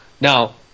Now